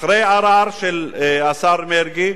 אחרי ערר של השר מרגי,